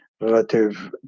relative